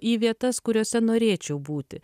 į vietas kuriose norėčiau būti